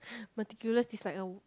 meticulous is like a